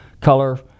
color